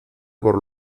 por